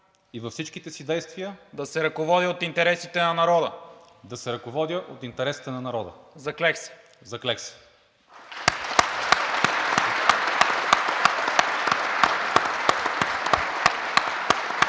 и във всичките си действия да се ръководя от интересите на народа. Заклех